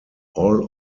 all